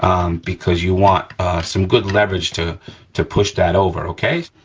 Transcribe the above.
because you want some good leverage to to push that over, okay?